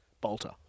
Bolter